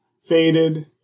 faded